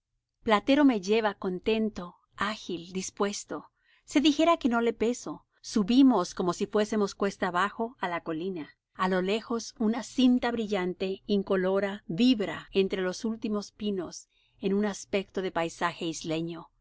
platero me lleva contento ágil dispuesto se dijera que no le peso subimos como si fuésemos cuesta abajo á la colina a lo lejos una cinta brillante incolora vibra entre los últimos pinos en un aspecto de paisaje isleño